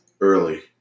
Early